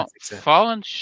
fallen